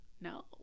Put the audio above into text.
No